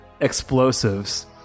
explosives